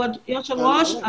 כבוד היושב-ראש,